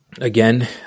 again